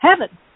heaven